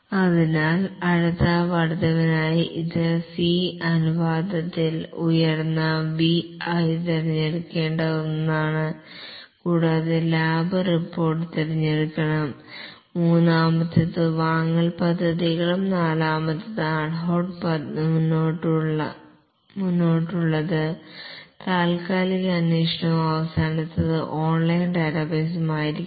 അതിനാൽ അടുത്ത വർദ്ധനവിനായി ഇത് സി അനുപാതത്തിൽ ഉയർന്ന V ആയി തിരഞ്ഞെടുക്കേണ്ട ഒന്നാണ് കൂടാതെ ലാഭ റിപ്പോർട്ട് തിരഞ്ഞെടുക്കണം മൂന്നാമത്തേത് വാങ്ങൽ പദ്ധതികളും നാലാമത്തേത് അഡ്ഹോക് മുന്നോട്ടുള്ളത് താൽക്കാലിക അന്വേഷണവും അവസാനത്തേത് ഓൺലൈൻ ഡാറ്റാബേസും ആയിരിക്കണം